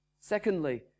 Secondly